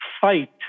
fight